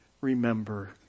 remember